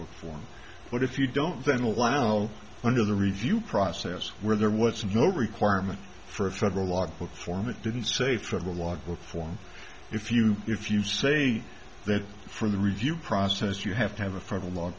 before but if you don't then a while under the review process where there was no requirement for a federal law court form it didn't say federal walk will form if you if you say that for the review process you have to have a federal law